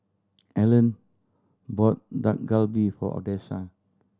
Allyn bought Dak Galbi for Odessa